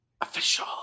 Official